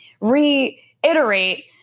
reiterate